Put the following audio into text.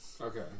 Okay